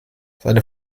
seine